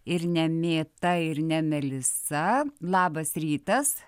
ir ne mėta ir ne melisa labas rytas